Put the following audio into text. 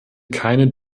keine